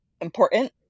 important